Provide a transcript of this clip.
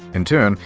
in turn,